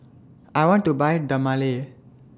I want to Buy Dermale